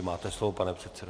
Máte slovo, pane předsedo.